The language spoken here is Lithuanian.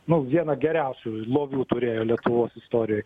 nu vieną geriausių lovių turėjo lietuvos istorijoj